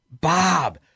Bob